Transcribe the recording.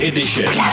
Edition